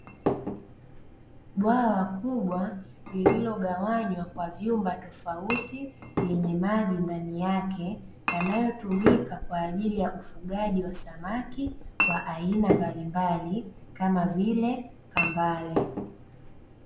Bwawa kubwa lililo gawanywa kwa vyumba tofauti yenye maji ndani yake yanayotumika kwa ajili ya ufugaji wa samaki wa aina mbalimbali kama vile kambale.